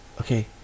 Okay